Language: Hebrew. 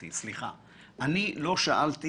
אני לא שאלתי